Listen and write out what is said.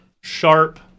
sharp